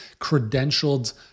credentialed